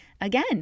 again